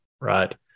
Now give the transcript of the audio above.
right